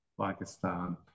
pakistan